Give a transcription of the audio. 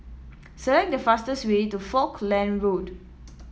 select the fastest way to Falkland Road